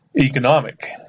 economic